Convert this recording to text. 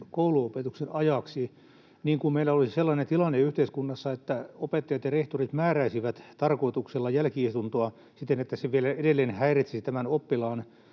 kouluopetuksen ajaksi niin kuin meillä olisi sellainen tilanne yhteiskunnassa, että opettajat ja rehtorit määräisivät tarkoituksella jälki-istuntoa siten, että se vielä edelleen häiritsisi opiskelua